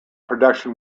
production